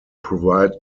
provide